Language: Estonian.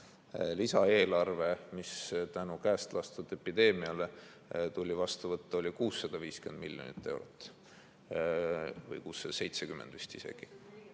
Lisaeelarve, mis käest lastud epideemia tõttu tuli vastu võtta, oli 650 miljonit eurot või vist isegi